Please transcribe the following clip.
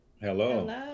Hello